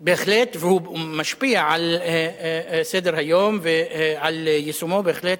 בהחלט, והוא משפיע על סדר-היום ועל יישומו, בהחלט.